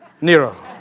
Nero